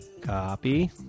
copy